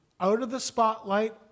out-of-the-spotlight